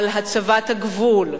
על הצבת הגבול,